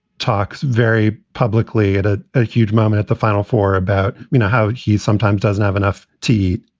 talks very publicly at a ah huge moment at the final four about you know how he sometimes doesn't have enough t.